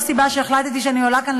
וזו הסיבה שהחלטתי שאני עולה לכאן,